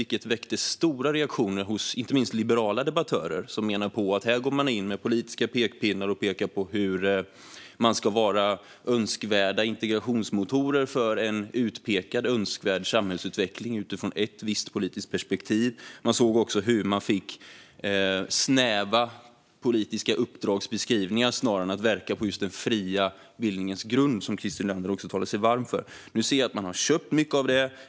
Det väckte stora reaktioner hos inte minst liberala debattörer. De menade på att man här går in med politiska pekpinnar och pekar på hur museer ska vara önskvärda integrationsmotorer för en utpekad önskvärd samhällsutveckling utifrån ett visst politiskt perspektiv. Man såg också hur de fick snäva politiska uppdragsbeskrivningar snarare än uppdraget att verka på den fria bildningens grund, som Christer Nylander också talar sig varm för. Nu ser jag att man har köpt mycket av det.